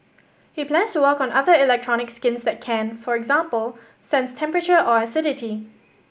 he plans to work on other electronic skins that can for example sense temperature or acidity